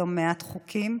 לא מעט חוקים.